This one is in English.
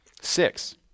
six